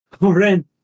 Ren